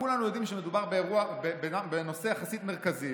כולנו יודעים שמדובר בנושא יחסית מרכזי,